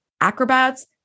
acrobats